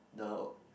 the